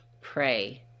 pray